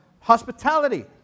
hospitality